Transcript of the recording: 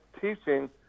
teaching